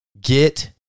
Get